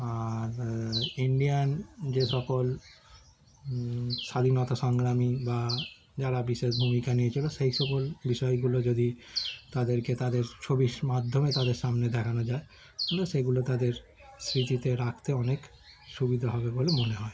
আর Indian যে সকল স্বাধীনতা সংগ্রামী বা যারা বিশেষ ভূমিকা নিয়েছিলো সেই সকল বিষয়গুলো যদি তাদেরকে তাদের ছবির মাধ্যমে তাদের সামনে দেখানো যায় তাহলে সেগুলো তাদের স্মৃতিতে রাখতে অনেক সুবিধা হবে বলে মনে হয়